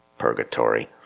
Purgatory